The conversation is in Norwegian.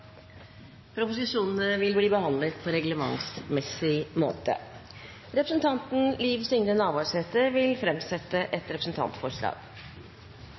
Forslaget vil bli behandlet på reglementsmessig måte. Presidenten vil